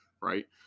right